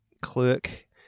clerk